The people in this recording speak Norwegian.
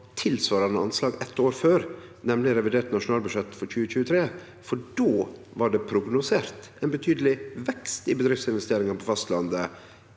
tilsvarande anslag eitt år før, nemleg revidert nasjonalbudsjett for 2023. Då var det prognosert ein betydeleg vekst i bedriftsinvesteringane på fastlandet